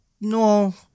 No